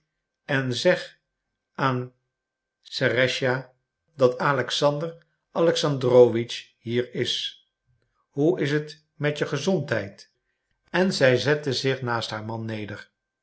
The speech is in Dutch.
en zeg aan serëscha dat alexander alexandrowitsch hier is hoe is het met je gezondheid en zij zette zich naast haar man neder